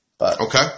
Okay